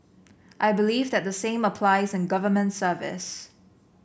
I believe that the same applies in government service